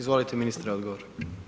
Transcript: Izvolite ministre odgovor.